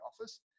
office